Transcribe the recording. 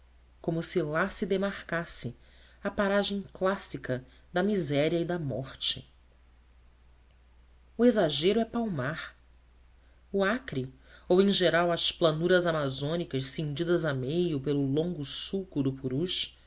como se lá se demarcasse a paragem clássica da miséria e da morte o exagero é palmar o acre ou em geral as planuras amazônicas cindidas a meio pelo longo sulco do purus